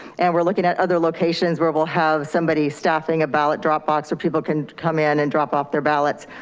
and we're looking at other locations where we'll have somebody staffing a ballot drop box where people can come in and drop off their ballots.